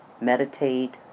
meditate